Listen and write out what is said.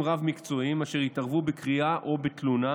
רב-מקצועיים אשר יתערבו בקריאה או בתלונה